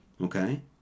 Okay